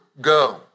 go